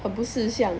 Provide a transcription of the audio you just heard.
oh 不是像